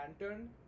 Lantern